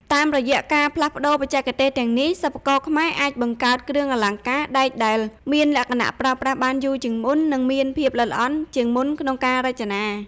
តាមរយៈការផ្លាស់ប្ដូរបច្ចេកទេសទាំងនេះ សិប្បករខ្មែរអាចបង្កើតគ្រឿងអលង្ការដែកដែលមានលក្ខណៈប្រើប្រាស់បានយូរជាងមុន និងមានភាពល្អិតល្អន់ជាងមុនក្នុងការរចនា។